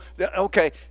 okay